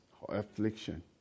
affliction